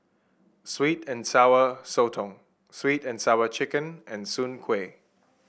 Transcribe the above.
sweet and Sour Sotong sweet and Sour Chicken and Soon Kuih